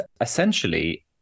essentially